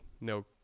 no